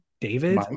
David